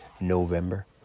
November